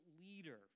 leader